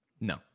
No